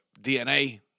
DNA